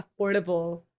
affordable